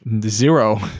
Zero